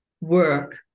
work